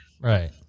Right